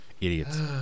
Idiots